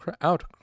out